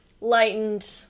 lightened